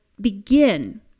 begin